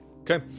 Okay